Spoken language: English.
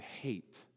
hate